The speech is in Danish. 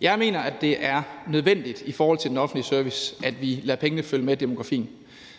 Jeg mener, at det er nødvendigt i forhold til den offentlige service, at vi lader pengene følge med demografien.